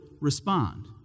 respond